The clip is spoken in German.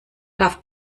darf